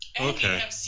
Okay